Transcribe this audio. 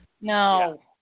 No